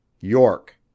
york